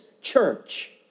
church